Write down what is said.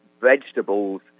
vegetables